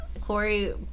Corey